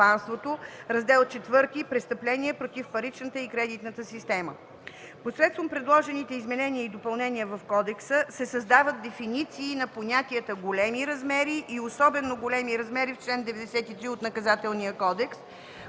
Раздел ІV „Престъпления против паричната и кредитната система”. Посредством предложените изменения и допълнения в кодекса се създават дефиниции на понятията „големи размери” и „особено големи размери” в чл. 93 от Наказателния кодекс,